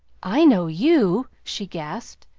i know you, she gasped.